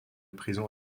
prison